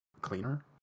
cleaner